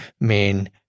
men